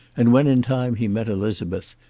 and when in time he met elizabeth,